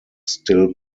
still